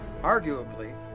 arguably